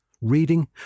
reading